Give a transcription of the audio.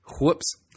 whoops